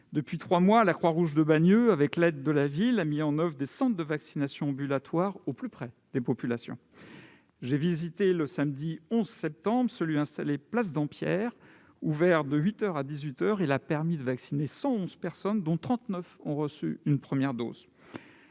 Depuis trois mois, la Croix-Rouge de Bagneux, avec l'aide de la ville, a mis en oeuvre des centres de vaccination ambulatoires au plus près des populations. J'ai visité samedi 11 septembre celui qui est installé place Dampierre. Ouvert de huit heures à dix-huit heures, il a permis de vacciner 111 personnes, dont 39 ont reçu une première dose.